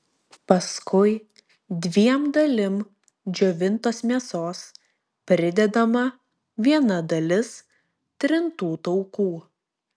paskui dviem dalim džiovintos mėsos pridedama viena dalis trintų taukų